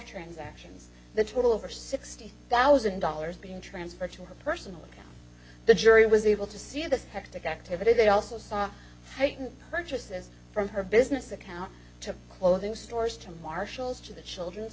transactions the total over sixty thousand dollars being transferred to her personal account the jury was able to see this hectic activity they also saw purchases from her business account to clothing stores to marshall's to the children's